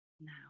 now